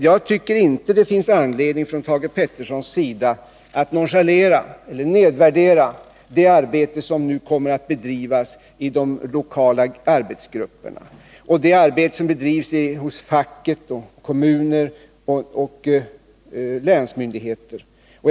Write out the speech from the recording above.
Jag tycker inte att det finns anledning för Thage Peterson att nedvärdera det arbete som nu kommer att bedrivas i de lokala arbetsgrupperna, av facket, kommuner och länsmyndigheter.